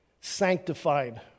sanctified